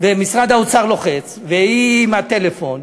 ומשרד האוצר לוחץ, והיא עם הטלפון,